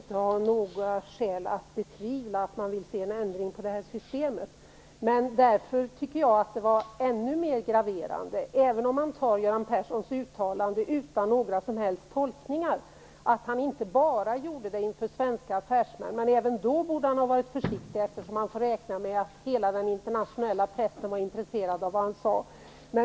Fru talman! Jag anser mig inte ha några skäl att betvivla att man vill se en ändring på detta system. Därför tycker jag att det var ännu mer graverande att Göran Persson gjorde detta uttalande - även om vi inte gör några tolkningar av det - inte bara inför svenska affärsmän. Men även då borde han ha varit försiktig, eftersom man får räkna med att hela den internationella pressen var intresserad av vad han sade.